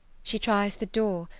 she tries the door,